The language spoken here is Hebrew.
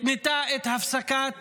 התנתה את הפסקת